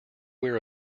wear